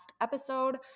episode